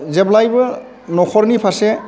जेब्लायबो न'खरनि फारसे